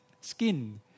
skin